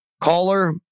caller